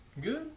Good